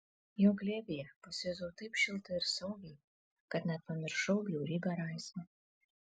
jo glėbyje pasijutau taip šiltai ir saugiai kad net pamiršau bjaurybę raisą